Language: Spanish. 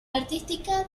artística